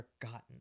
forgotten